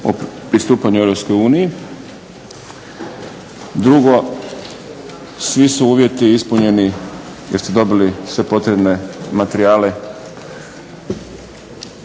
o pristupanju Europskoj uniji. Drugo, svi su uvjeti ispunjeni, jer ste dobili sve potrebne materijale za